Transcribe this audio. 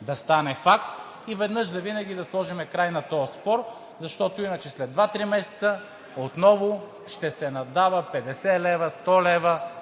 да стане факт и веднъж завинаги да сложим край на този спор, защото иначе след 2 – 3 месеца отново ще се наддават 50 лв., 100 лв.